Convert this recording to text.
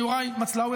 יוראי מצלאוי,